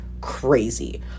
crazy